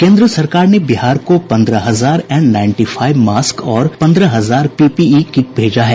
केंद्र सरकार ने बिहार को पन्द्रह हजार एन नाइनटी फाईव मास्क और पन्द्रह हजार पी पी ई किट भेजा है